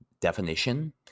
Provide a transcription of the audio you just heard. definition